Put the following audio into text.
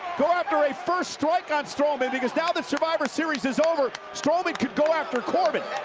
go after a first strike on strowman, because now the survivor series is over. strowman could go after corbin.